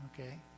Okay